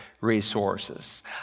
resources